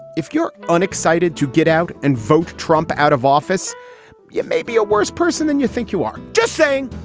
if you're unexcited to get out and vote trump out of office yeah may be a worse person than you think. you are just saying.